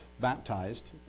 baptized